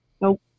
Nope